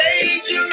dangerous